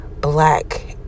black